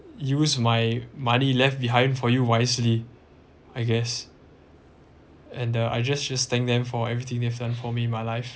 use my money left behind for you wisely I guess and the I just just thanked them for everything they've done for me my life